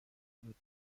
بود